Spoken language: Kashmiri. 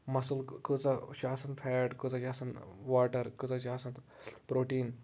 مَسل کۭژاہ چھِ آسن فیٹ کۭژاہ چھِ آسن واٹر کۭژاہ چھِ آسن تہٕ پروٹیٖن